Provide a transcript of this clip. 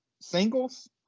singles